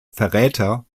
verräter